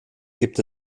gibt